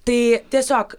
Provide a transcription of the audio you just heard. tai tiesiog